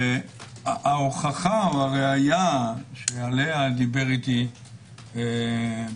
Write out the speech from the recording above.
וההוכחה או הראיה שעליה דיבר איתי פרופ'